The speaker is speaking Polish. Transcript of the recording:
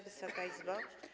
Wysoka Izbo!